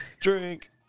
Drink